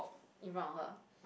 in front of her